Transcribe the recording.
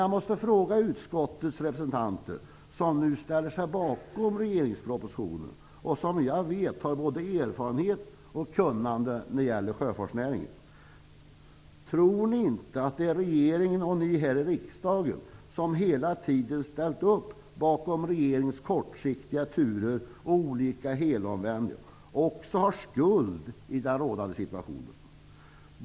Jag måste fråga utskottets representanter, som nu ställer sig bakom propositionen och som jag vet både har erfarenhet och kunnande när det gäller sjöfartsnäringen: Tror ni inte att regeringen och ni här i riksdagen som hela tiden har ställt upp bakom regeringens kortsiktiga turer och helomvändningar också har skuld i den rådande situationen?